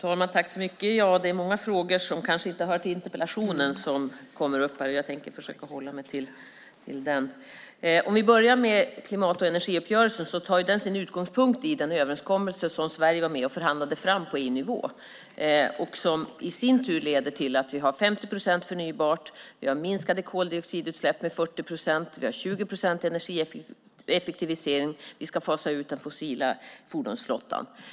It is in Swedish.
Fru talman! Det är många frågor som kanske inte hör till interpellationen som kommer upp här. Jag tänker försöka hålla mig till interpellationen. Vi kan börja med klimat och energiuppgörelsen. Den tar sin utgångspunkt i den överenskommelse som Sverige var med och förhandlade fram på EU-nivå och som i sin tur leder till att vi har 50 procent förnybart. Vi har minskade koldioxidutsläpp med 40 procent. Vi har 20 procent i energieffektivisering. Vi ska fasa ut den fossila fordonsflottan.